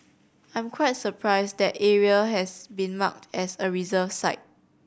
I'm quite surprised that area has been marked as a reserve site